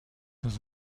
dans